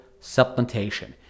supplementation